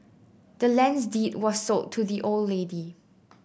the land's deed was sold to the old lady